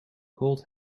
cold